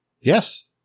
Yes